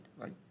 Right